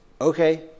okay